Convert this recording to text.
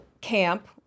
camp